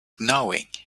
knowing